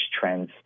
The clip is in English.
trends